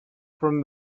from